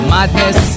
Madness